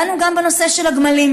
דנו גם בנושא של הגמלים,